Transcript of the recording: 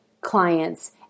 clients